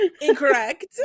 incorrect